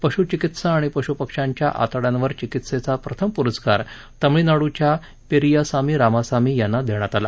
पशुचिकित्सा आणि पशुपक्षांच्या आतड्यांवर चिकित्सेचा प्रथम पुरस्कार तामिळनाडुच्या पेरियासामी रामासामी यांना देण्यात आला